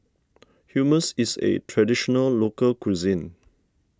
Hummus is a Traditional Local Cuisine